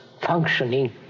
functioning